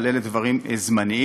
אבל אלה דברים זמניים.